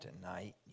tonight